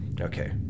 Okay